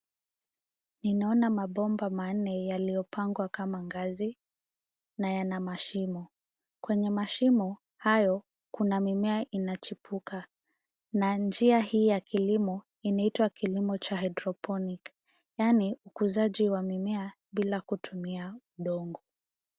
Ninaona mabomba manne yaliyopangwa kama ngazi na yana mashimo. Kwenye mashimo hayo kuna mimea inachipuka na njia hii ya kilimo inaitwa kilimo cha hydroponic yaani ukuzaji wa mimea bila kutumia udongo.